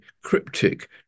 cryptic